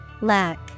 Lack